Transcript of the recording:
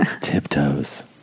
Tiptoes